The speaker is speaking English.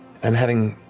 i'm having